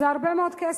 זה הרבה מאוד כסף.